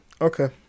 Okay